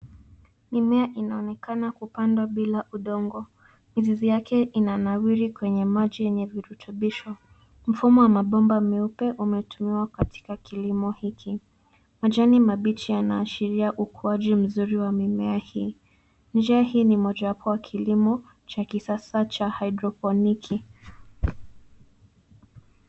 Mimea inaonekana kupandwa bila udongo. Mizizi yake inanawiri kwenye maji yenye virutubisho. Mfumo wa mabomba meupe umetumiwa katika kilimo hiki. Majani mabichi yanaashiria ukuaji mzuri ya mimea hii. Njia hii ni mojawapo wa kilimo cha kisasa cha hydroponiki.